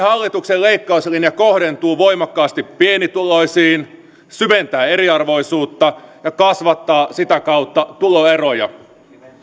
hallituksen leikkauslinja kohdentuu voimakkaasti pienituloisiin syventää eriarvoisuutta ja kasvattaa sitä kautta tuloeroja